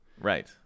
right